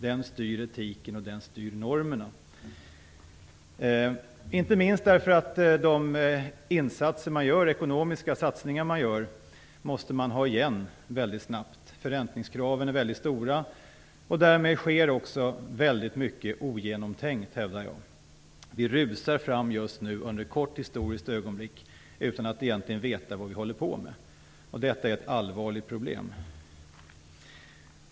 Den styr etiken, och den styr normerna - inte minst därför att man måste ha igen de insatser man gör - de ekonomiska satsningar man gör - väldigt snabbt. Förräntningskraven är väldigt stora. Därmed sker också väldigt mycket ogenomtänkt, hävdar jag. Vi rusar fram just nu, under ett kort historiskt ögonblick, utan att egentligen veta vad vi håller på med. Detta är ett allvarligt problem.